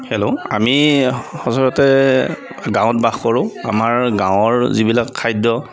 hello আমি আচলতে গাঁৱত বাস কৰোঁ আমাৰ গাঁৱৰ যিবিলাক খাদ্য